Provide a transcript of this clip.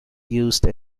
used